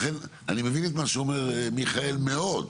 אני מבין את מה שאומר מיכאל מאוד,